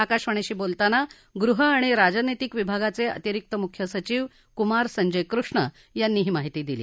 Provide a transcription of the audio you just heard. आकाशवाणीशी बोलताना गृह आणि राजनितिक विभागाचे अतिरिक्त मुख्य सचिव कुमार संजय कृष्ण यांनी ही माहिती दिली